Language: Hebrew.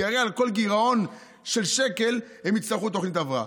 כי הרי על כל גירעון של שקל הם יצטרכו תוכנית הבראה.